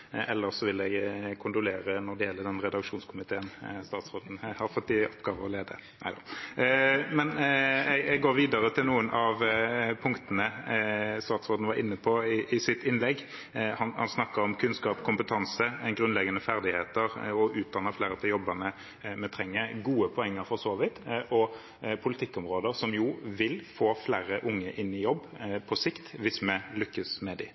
Ellers vil jeg kondolere når det gjelder den redaksjonskomiteen statsråden har fått i oppgave å lede. – Nei da. Jeg går videre til noen av punktene statsråden var inne på i sitt innlegg. Han snakket om kunnskap og kompetanse, grunnleggende ferdigheter og å utdanne flere til jobber vi trenger – gode poenger, for så vidt, og politikkområder som vil få flere unge inn i jobb på sikt hvis vi lykkes med det. Men nå har vi sett de